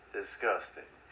Disgusting